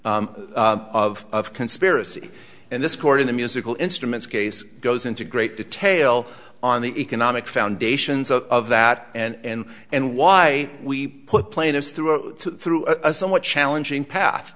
suggestion of conspiracy in this court in the musical instruments case goes into great detail on the economic foundations of that and and why we put plaintiffs through a through a somewhat challenging path